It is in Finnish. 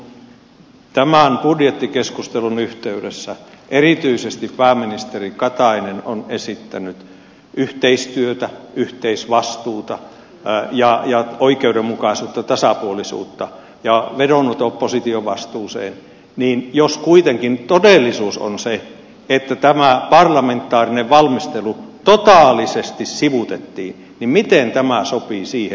mutta kun tämän budjettikeskustelun yhteydessä erityisesti pääministeri katainen on esittänyt yhteistyötä yhteisvastuuta oikeudenmukaisuutta tasapuolisuutta ja vedonnut opposition vastuuseen niin jos kuitenkin todellisuus on se että tämä parlamentaarinen valmistelu totaalisesti sivuutettiin niin miten tämä sopii siihen